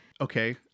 okay